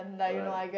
right